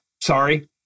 Sorry